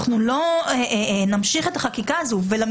אנחנו לא נמשיך את החקיקה הזאת וזה הובהר